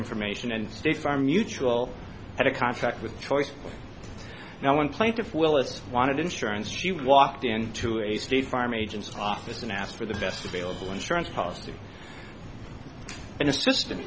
information and state farm mutual had a contract with choice now one plaintiff will it wanted insurance she walked into a state farm agent's office and asked for the best available insurance policy and assistan